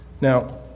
Now